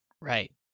Right